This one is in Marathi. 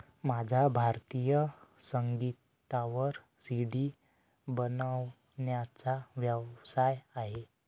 माझा भारतीय संगीतावर सी.डी बनवण्याचा व्यवसाय आहे